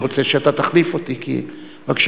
אני רוצה שאתה תחליף אותי, בבקשה.